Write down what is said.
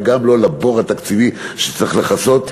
וגם לא לבור התקציבי שצריך לכסות,